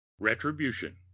RETRIBUTION